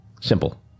simple